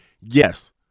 Yes